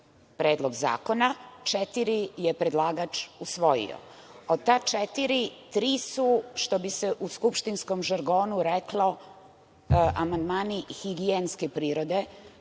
predlog zakona, četiri je predlagač usvojio. Od ta četiri tri su, što bi se u skupštinskom žargonu reklo, amandmani higijenske prirode